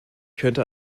könnte